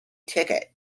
ticket